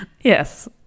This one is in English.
Yes